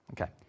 Okay